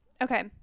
Okay